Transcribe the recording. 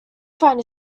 find